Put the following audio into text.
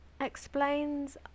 explains